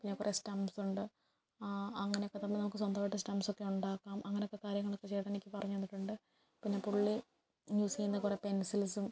പിന്നെ കുറെ സ്റ്റാംസുണ്ട് അങ്ങനൊക്കെ പറഞ്ഞ് നമുക്ക് സ്വന്തമായിട്ട് സ്റ്റംസൊക്കെ ഉണ്ടാക്കാം അങ്ങനെയൊക്കെ കാര്യങ്ങളൊക്കെ ചേട്ടനെനിക്ക് പറഞ്ഞ് തന്നിട്ടുണ്ട് പിന്നെ പുള്ളി യൂസ് ചെയ്യുന്ന കുറെ പെൻസിൽസും